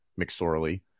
McSorley